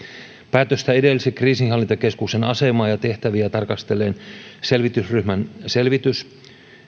päätöstä edelsi kriisinhallintakeskuksen asemaa ja tehtäviä tarkastelleen selvitysryhmän selvitys